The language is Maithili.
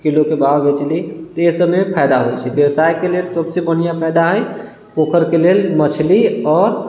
किलोके भाव बेचली तऽ ई सबमे फायदा होइ छै व्यवसायके लेल सबसे बढ़िआँ फायदा हइ पोखरिके लेल मछली आओर